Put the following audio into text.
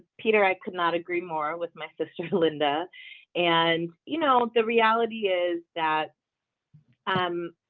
peter i could not agree more with my sister linda and you know the reality is that um